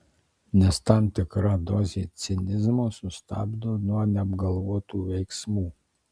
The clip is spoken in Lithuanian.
nes tam tikra dozė cinizmo sustabdo nuo neapgalvotų veiksmų